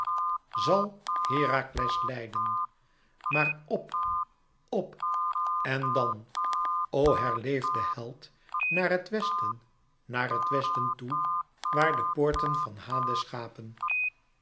zal herakles leiden maar p p en dan o herleefde held naar het westen naar het westen toe waar de poorten van hades gapen